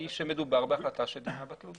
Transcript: - מדובר בהחלטה שדינה בטלות.